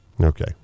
Okay